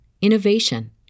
innovation